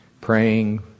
praying